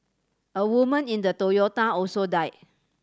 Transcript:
a woman in the Toyota also died